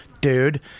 Dude